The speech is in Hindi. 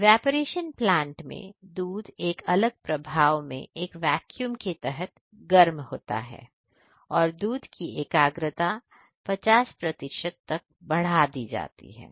इवेपरेशन प्लांट में दूध एक अलग प्रभाव में एक वैक्यूम के तहत गर्म होता है और दूध की एकाग्रता 50 प्रतिशत तक बढ़ जाती है